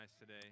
today